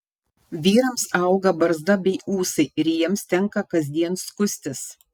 vyrams auga barzda bei ūsai ir jiems tenka kasdien skustis